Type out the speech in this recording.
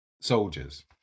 soldiers